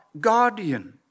guardian